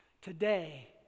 today